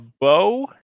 bow